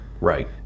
Right